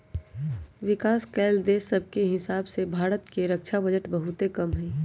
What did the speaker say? विकास कएल देश सभके हीसाबे भारत के रक्षा बजट बहुते कम हइ